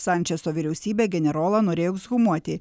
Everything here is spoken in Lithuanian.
sančeso vyriausybė generolą norėjo ekshumuoti